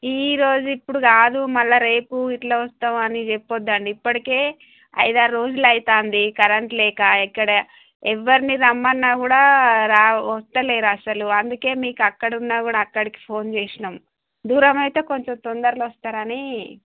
ఈరోజు ఇప్పుడు కాదు మళ్ళీ రేపు ఇట్లా వస్తాం అని చెప్పొద్ద్దండి ఇప్పటికే ఐదారు రోజులు అవుతుంది కరెంట్ లేక ఇక్కడ ఎవ్వరిని రమ్మన్నా కూడా రా వస్తలేరు అసలు అందుకే మీకు అక్కడున్నా కూడా అక్కడికి ఫోన్ చేసినం దూరమైయితే కొంచెం తొందరగా వస్తారని